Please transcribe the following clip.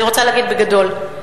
אני רוצה להגיד: בגדול,